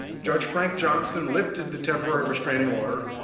judge frank johnson lifted the temporary restraining order,